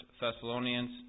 Thessalonians